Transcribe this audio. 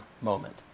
moment